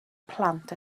plant